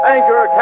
Anchor